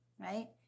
right